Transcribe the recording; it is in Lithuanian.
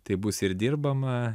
tai bus ir dirbama